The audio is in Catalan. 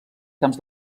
camps